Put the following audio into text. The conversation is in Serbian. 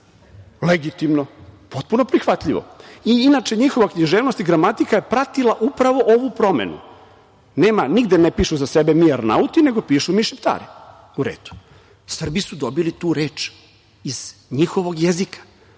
Legitimno, potpuno prihvatljivo. Inače, njihova književnost i gramatika je pratila upravo ovu promenu. Nigde ne pišu za sebe mi Arnauti, nego pišu - mi Šiptari. U redu, Srbi su dobili tu reč iz njihovog jezika,